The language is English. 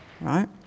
right